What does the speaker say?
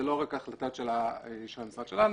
זה לא רק ההחלטות של המשרד שלנו,